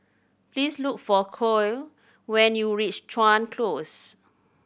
please look for Khloe when you reach Chuan Close